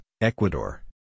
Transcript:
Ecuador